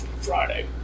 Friday